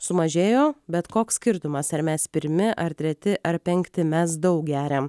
sumažėjo bet koks skirtumas ar mes pirmi ar treti ar penkti mes daug geriam